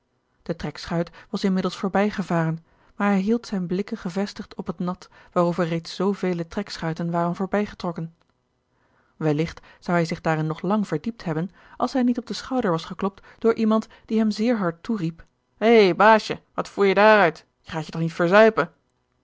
de trekschuit was inmiddels voorbij gevaren maar hij hield zijne blikken gevestigd op het nat waarover reeds zoo vele trekschuiten waren voorbij getrokken welligt zou hij zich daarin nog lang verdiept hebben als hij niet george een ongeluksvogel op den schouder was geklopt door iemand die hem zeer hard toeriep hei baasje wat voer je daar uit je gaat je toch niet verzuipen